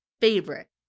favorite